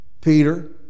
Peter